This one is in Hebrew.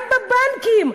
גם בבנקים,